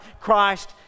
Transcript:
Christ